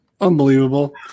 Unbelievable